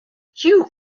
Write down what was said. you